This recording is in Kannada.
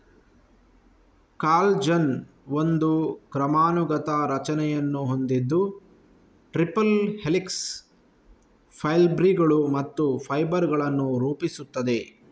ಕಾಲಜನ್ ಒಂದು ಕ್ರಮಾನುಗತ ರಚನೆಯನ್ನು ಹೊಂದಿದ್ದು ಟ್ರಿಪಲ್ ಹೆಲಿಕ್ಸ್, ಫೈಬ್ರಿಲ್ಲುಗಳು ಮತ್ತು ಫೈಬರ್ ಗಳನ್ನು ರೂಪಿಸುತ್ತದೆ